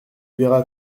verras